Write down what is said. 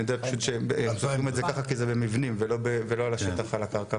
אני יודע פשוט שסופרים את זה ככה כי זה במבנים ולא על השטח על הקרקע.